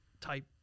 type